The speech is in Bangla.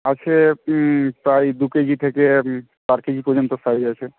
আছে প্রায় দু কেজি থেকে চার কেজি পর্যন্ত সাইজ আছে